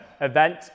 event